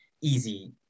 easy